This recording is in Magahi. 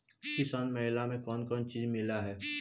किसान मेला मे कोन कोन चिज मिलै है?